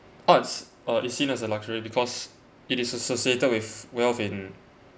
arts uh is seen as a luxury because it is associated with wealth in